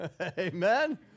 Amen